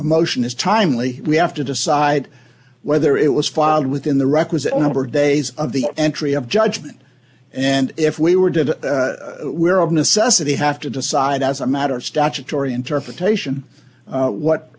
a motion is timely we have to decide whether it was filed within the requisite number of days of the entry of judgment and if we were did we're of necessity have to decide as a matter of statutory interpretation what what